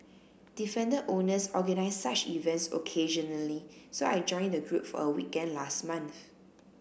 defender owners organise such events occasionally so I joined the group for a weekend last month